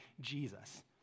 Jesus